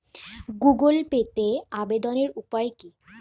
Google পেতে আবেদনের উপায় কি?